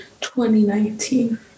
2019